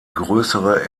größere